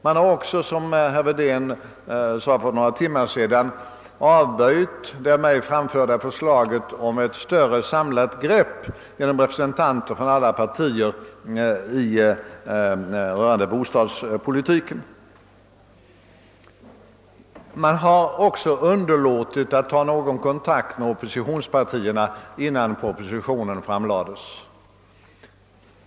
Man har också, som herr Wedén sade för några timmar sedan, avböjt det av mig framförda förslaget om ett större samlat grepp genom representanter från alla partier rörande bostadspoliti ken. Man har även underlåtit att ta någon kontakt med oppositionspartierna, innan propositionen framlades.